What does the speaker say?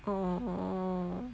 orh